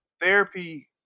therapy